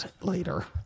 later